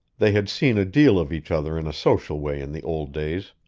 they had seen a deal of each other in a social way in the old days.